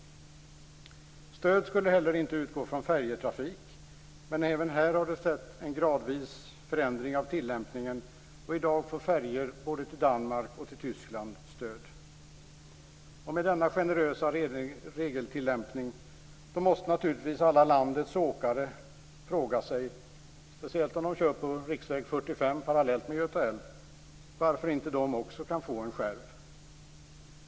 Stöd skulle heller inte utgå för färjetrafik. Men även här har det skett en gradvis förändring av tilllämpningen. I dag får färjor både till Danmark och till Med denna generösa regeltillämpning måste naturligtvis alla landets åkare som kör på riksväg 45 parallellt med Göta älv fråga sig varför inte de också kan få en skärv.